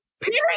Period